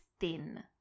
thin